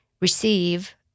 receive